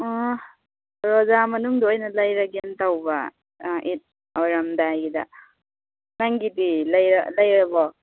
ꯑꯣ ꯔꯣꯖꯥ ꯃꯅꯨꯡꯗ ꯑꯣꯏꯅ ꯂꯩꯔꯒꯦꯅ ꯇꯧꯕ ꯏꯤꯠ ꯑꯣꯏꯔꯝꯗꯥꯏꯒꯤꯗ ꯅꯪꯒꯤꯗꯤ ꯂꯩꯔ ꯂꯩꯔꯕꯣ